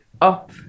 up